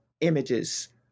images